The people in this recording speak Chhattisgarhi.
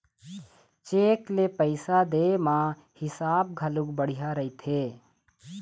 चेक ले पइसा दे म हिसाब घलोक बड़िहा रहिथे